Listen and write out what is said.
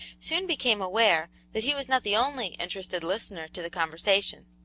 soon became aware that he was not the only interested listener to the conversation.